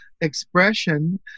expression